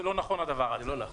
זה לא נכון הדבר הזה.